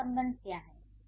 वह संबंध क्या है